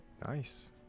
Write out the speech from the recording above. Nice